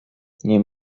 nie